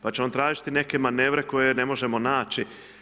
Pa ćemo tražiti neke manevre koje ne možemo naći.